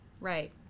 Right